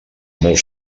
molt